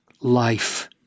life